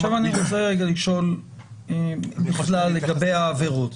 עכשיו אני רוצה רגע לשאול בכלל לגבי העבירות,